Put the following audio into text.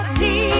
see